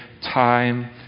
time